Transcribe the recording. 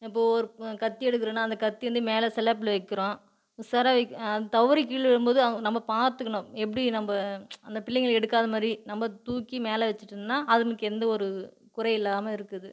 இப்போது ஒரு கத்தி எடுக்கிறோம்னா அந்த கத்தி வந்து மேலே சிலாப்பில் வைக்கிறோம் சிர அது தவறி கீழே விழும்போது நம்ம பார்த்துக்கணும் எப்படி நம்ம அந்த பிள்ளைங்கள் எடுக்காதமாதிரி நம்ம தூக்கி மேலே வச்சுட்டோம்னா அதுங்களுக்கு எந்த ஒரு குறை இல்லாமல் இருக்குது